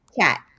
Chat